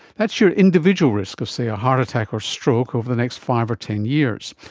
that's your individual risk of, say, a heart attack or stroke over the next five or ten years.